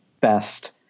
best